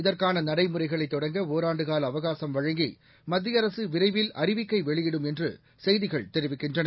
இதற்கான நடைமுறைகளை தொடங்க ஓராண்டு காலஅவகாசம் வழங்கி மத்திய அரசு விரைவில் அறிவிக்கை வெளியிடும் என்று செய்திகள் தெரிவிக்கின்றன